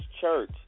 church